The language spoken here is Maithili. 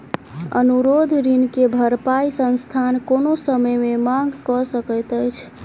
अनुरोध ऋण के भरपाई संस्थान कोनो समय मे मांग कय सकैत अछि